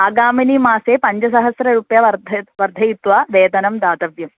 आगामिन मासे पञ्चसहस्ररूप्यकं वर्ध वर्धयित्वा वेतनं दातव्यम्